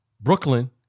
Brooklyn